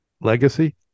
legacy